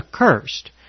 accursed